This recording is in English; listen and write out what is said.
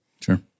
Sure